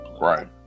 Right